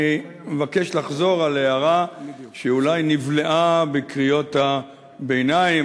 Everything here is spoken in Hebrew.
אני מבקש לחזור על הערה שאולי נבלעה בקריאות הביניים,